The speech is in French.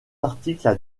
articles